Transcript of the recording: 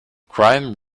grime